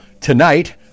tonight